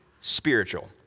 spiritual